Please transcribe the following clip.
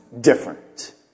different